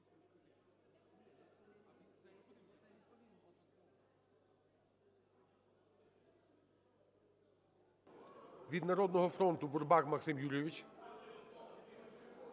Від "Народного фронту" – Бурбак Максим Юрійович.